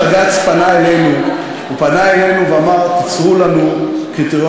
בג"ץ פנה אלינו ואמר: תיצרו לנו קריטריונים